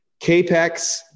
Capex